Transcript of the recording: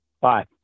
Bye